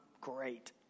great